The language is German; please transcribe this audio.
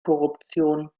korruption